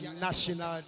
national